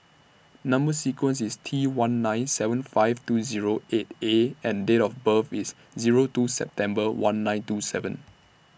Number sequence IS T one nine seven five two Zero eight A and Date of birth IS Zero two September one nine two seven